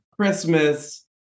Christmas